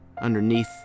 underneath